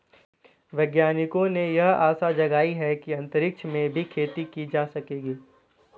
वैज्ञानिकों ने यह आशा जगाई है कि अंतरिक्ष में भी खेती की जा सकेगी